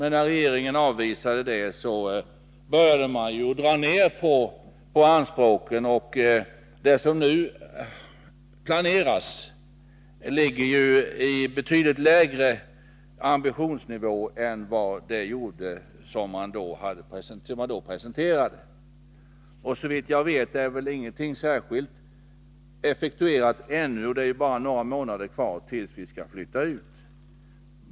När regeringen avvisade detta, började man dra ner på anspråken. Det som nu planeras ligger på en betydligt lägre ambitionsnivå än det som då presenterades. Såvitt jag vet är ännu inget särskilt effektuerat, trots att det nu bara är några månader kvar tills Linjeflyg skall flytta ut till Arlanda.